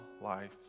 life